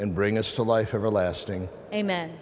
and bring us to life everlasting amen